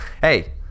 hey